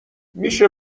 میشه